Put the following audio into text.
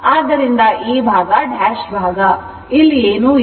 ಆದ್ದರಿಂದ ಈ ಭಾಗ ಡ್ಯಾಶ್ ಭಾಗ ಇಲ್ಲಿ ಏನೂ ಇಲ್ಲ